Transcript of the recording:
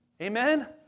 Amen